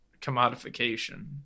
commodification